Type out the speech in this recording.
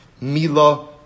Mila